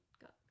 got